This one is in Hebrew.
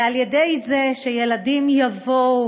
ועל ידי זה שילדים יבואו